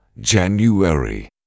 January